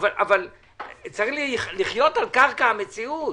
אבל צריך לחיות על קרקע המציאות